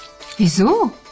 Wieso